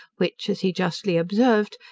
which, as he justly observed,